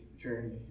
journey